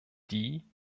die